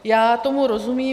Já tomu rozumím.